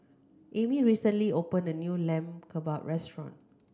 Amy recently open a new Lamb Kebab restaurant